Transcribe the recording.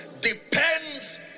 Depends